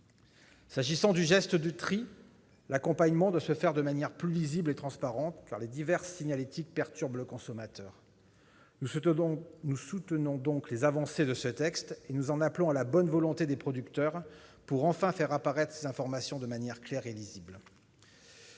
S'agissant du geste du tri, l'accompagnement doit se faire de manière plus lisible et transparente, car les diverses signalétiques perturbent le consommateur. Nous soutenons donc les avancées de ce texte et en appelons à la bonne volonté des producteurs pour enfin faire apparaître ces informations de manière claire et lisible.